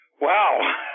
Wow